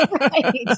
Right